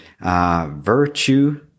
virtue